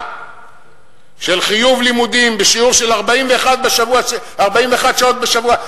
של חיוב לימודים בשיעור 41 שעות בשבוע,